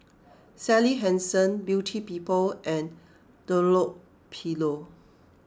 Sally Hansen Beauty People and Dunlopillo